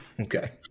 Okay